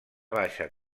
baixa